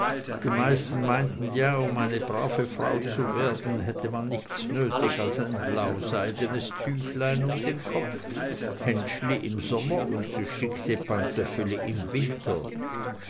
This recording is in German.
die meisten meinten ja um eine brave frau zu werden hätte man nichts nötig als ein blauseidenes tüchlein um den kopf händschli im sommer und gestickte pantöffeli im winter